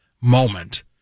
moment